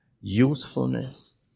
Usefulness